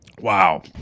Wow